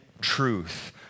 truth